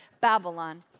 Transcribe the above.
Babylon